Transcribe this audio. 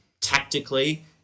tactically